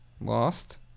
Lost